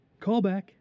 Callback